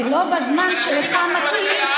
ולא בזמן שלך מתאים,